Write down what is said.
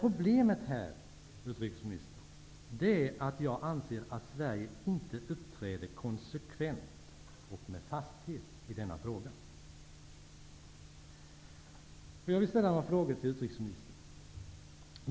Problemet här, fru utrikesminister, är att Sverige inte uppträder konsekvent och med fasthet i denna fråga.